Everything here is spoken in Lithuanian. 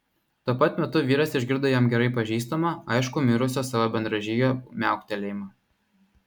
tuo pat metu vyras išgirdo jam gerai pažįstamą aiškų mirusio savo bendražygio miauktelėjimą